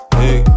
hey